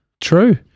True